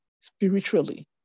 spiritually